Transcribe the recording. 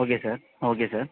okay sir ah okay sir